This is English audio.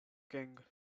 king